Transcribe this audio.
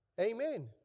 Amen